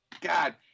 God